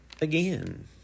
again